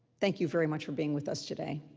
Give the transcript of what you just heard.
thank you very much for being with us today.